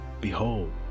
behold